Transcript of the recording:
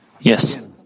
Yes